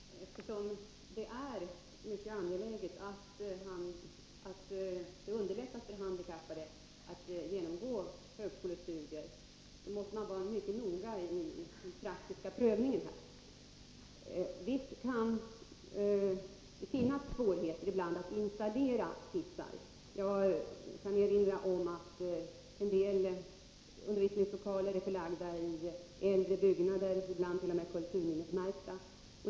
Herr talman! Eftersom det är mycket angeläget att det underlättas för handikappade att genomgå högskolestudier, måste man vara mycket noga i den praktiska prövningen. Visst kan det finnas svårigheter ibland att installera hissar. Jag kan erinra om att en del undervisningslokaler är förlagda i äldre byggnader, ibland t.o.m. kulturminnesmärkta.